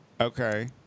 okay